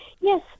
Yes